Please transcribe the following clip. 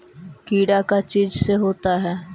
कीड़ा का चीज से होता है?